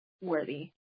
worthy